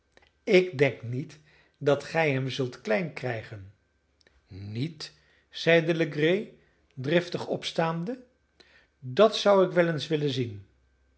ik denk niet dat gij hem zult klein krijgen niet zeide legree driftig opstaande dat zou ik wel eens willen zien